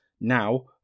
now